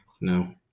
No